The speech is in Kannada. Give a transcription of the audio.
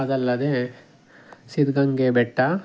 ಅದಲ್ಲದೇ ಸಿದ್ಧಗಂಗೆ ಬೆಟ್ಟ